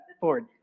board